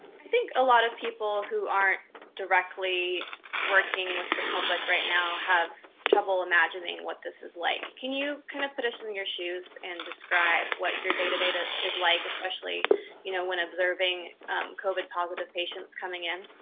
i think a lot of people who aren't directly working with the public right now have trouble imagining what this is like. can you kind of put us in your shoes and describe what your day to day is like, especially you know when observing covid positive patients coming in?